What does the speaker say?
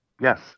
Yes